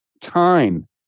time